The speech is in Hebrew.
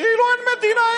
כאילו אין מדינה,